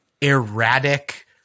erratic